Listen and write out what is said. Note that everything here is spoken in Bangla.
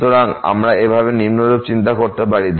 সুতরাং আমরা এভাবে নিম্নরূপ চিন্তা করতে পারি